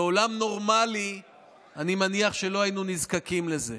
בעולם נורמלי אני מניח שלא היינו נזקקים לזה,